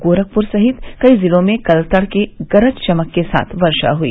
गोरखपुर सहित कई जिलों में कल तड़के गरज चमक के साथ वर्षा हुई